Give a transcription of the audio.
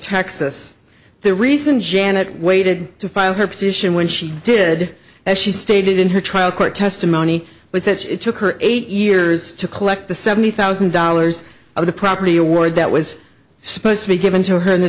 texas the reason janet waited to file her position when she did as she stated in her trial court testimony was that it took her eight years to collect the seventy thousand dollars of the property award that was supposed to be given to her in the